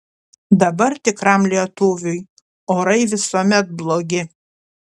dabar tikram lietuviui orai visuomet blogi